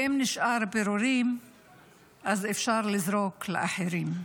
ואם נשארים פירורים אז אפשר לזרוק לאחרים.